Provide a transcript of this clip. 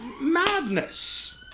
madness